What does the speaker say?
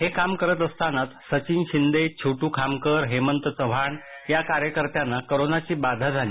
हे काम करत असतानाच सचिन शिंदे छोट्ट खामकर हेमंत चव्हाण या कार्यकर्त्यांना करोनाची बाधा झाली